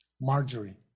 Marjorie